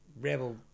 rebel